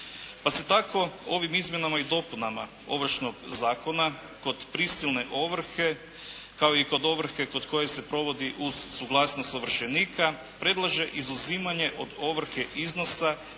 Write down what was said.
Pa se tako ovim izmjenama i dopunama Ovršnog zakona kod prisilne ovrhe kao i kod ovrhe kod koje se provodi uz suglasnost ovršenika predlaže izuzimanje od ovrhe iznosa koji je